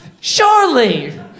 Surely